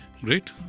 Great